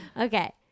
Okay